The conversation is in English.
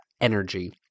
energy